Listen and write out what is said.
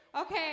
Okay